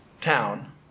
town